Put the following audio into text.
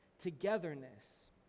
Togetherness